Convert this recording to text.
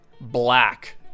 black